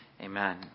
Amen